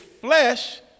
flesh